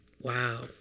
Wow